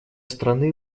стороны